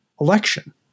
election